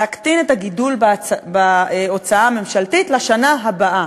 להקטין את הגידול בהוצאה הממשלתית בשנה הבאה.